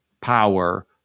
power